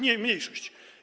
Nie, mniejszość.